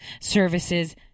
Services